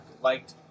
liked